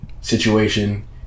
situation